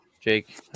Jake